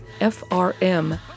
frm